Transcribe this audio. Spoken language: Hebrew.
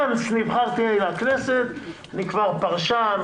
Once נבחרתי לכנסת אני כבר פרשן,